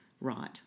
right